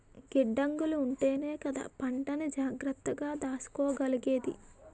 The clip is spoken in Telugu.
గిడ్డంగులుంటేనే కదా పంటని జాగ్రత్తగా దాసుకోగలిగేది?